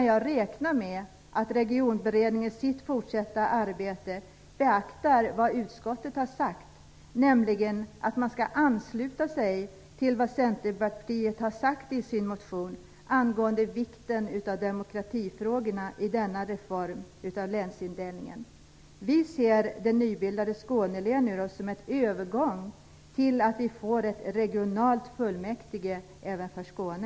Jag räknar med att Regionberedningen i sitt fortsatta arbete beaktar vad utskottet har sagt, nämligen att man skall ansluta sig till vad Centerpartiet har framfört i sin motion angående vikten av demokratifrågorna i denna reform av länsindelningen. Vi ser det nybildade Skånelänet som en övergång till att vi får ett regionalt fullmäktige även för Skåne.